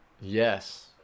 Yes